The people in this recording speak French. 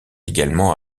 également